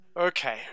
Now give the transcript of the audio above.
Okay